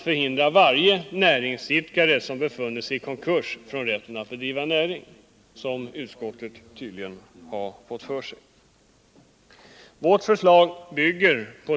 Frågor om näringsförbud skall prövas av allmän domstol på talan av allmän åklagare.